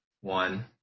one